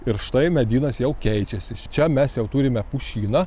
ir štai medynas jau keičiasi čia mes jau turime pušyną